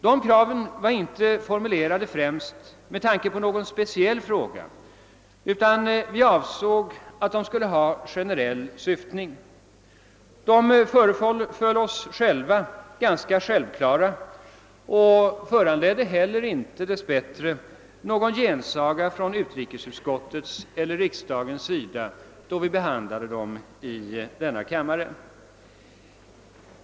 Dessa krav var inte formulerade främst med tanke på någon speciell fråga utan skulle ha generellt syfte. De föreföll oss själva ganska självklara och föranledde dessbättre inte heller någon gensaga från utrikesutskottet eller vid behandlingen i denna kammare.